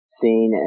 seen